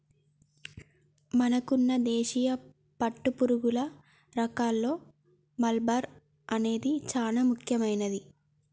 మనకున్న దేశీయ పట్టుపురుగుల రకాల్లో మల్బరీ అనేది చానా ముఖ్యమైనది